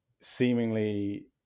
Seemingly